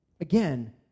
Again